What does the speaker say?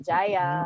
Jaya